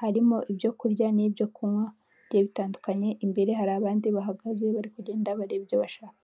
harimo ibyo kunya n'ibyo kunywa bigiye bitandukanye, imbere hari abandi bahagaze bari kureba ibyo bashaka.